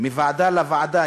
מוועדה לוועדה,